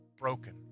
broken